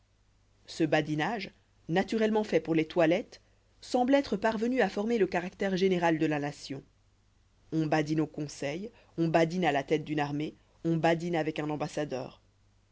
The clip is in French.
ce badinage naturellement fait pour les toilettes semble être parvenu à former le caractère général de la nation on badine au conseil on badine à la tête d'une armée on badine avec un ambassadeur